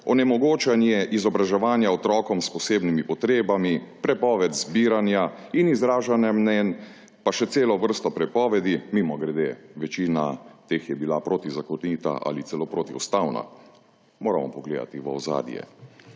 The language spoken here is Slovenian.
onemogočanje izobraževanja otrokom s posebnimi potrebami, prepoved zbiranja in izražanja mnenj pa še celo vrsto prepovedi, mimogrede, večina teh je bila protizakonita ali celo protiustavna, moramo pogledati v ozadje,